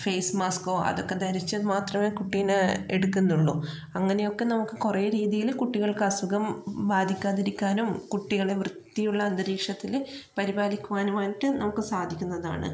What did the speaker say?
face മാസ്ക്കോ അതൊക്കെ ധരിച്ചാൽ മാത്രമേ കുട്ടീനെ എടുക്കുന്നുള്ളു അങ്ങനെയൊക്കെ നമുക്ക് കുറെ രീതിയില് കുട്ടികൾക്ക് അസുഖം ബാധിക്കാതിരിക്കുവാനും കുട്ടികളെ വൃത്തിയുള്ള അന്തരീക്ഷത്തില് പരിപാലിക്കുവാനുമായിട്ട് നമുക്ക് സാധിക്കുന്നതാണ്